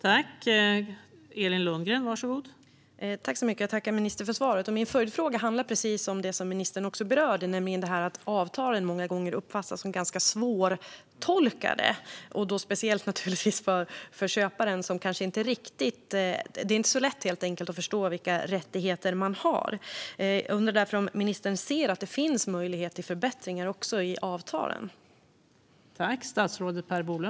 Fru talman! Jag tackar ministern för svaret. Min följdfråga handlar precis om det som ministern berörde, nämligen att avtalen många gånger uppfattas som ganska svårtolkade. Det gäller speciellt för köparen. Det är inte så lätt att förstå vilka rättigheter man har. Jag undrar därför om ministern ser om det finns möjligheter till förbättringar också i avtalen.